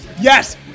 Yes